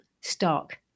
stock